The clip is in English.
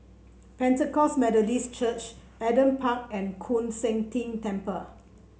Pentecost Methodist Church Adam Park and Koon Seng Ting Temple